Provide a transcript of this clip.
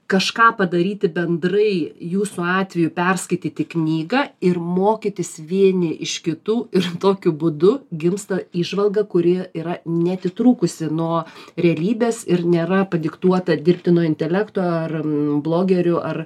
kažką padaryti bendrai jūsų atveju perskaityti knygą ir mokytis vieni iš kitų ir tokiu būdu gimsta įžvalga kuri yra neatitrūkusi nuo realybės ir nėra padiktuota dirbtino intelekto ar blogerių ar